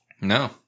no